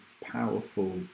powerful